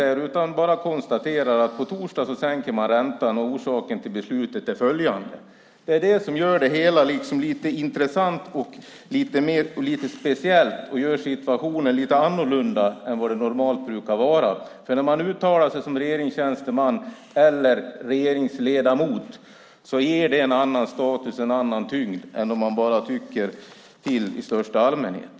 Han bara konstaterar att "på torsdag" sänker Riksbanken räntan och att orsaken till beslutet är följande. Det är vad som gör det hela lite mer intressant och situationen lite annorlunda än vad det normalt brukar vara. Om man uttalar sig som regeringstjänsteman eller regeringsledamot ger det en annan status och en annan tyngd än om man bara tycker till i största allmänhet.